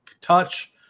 touch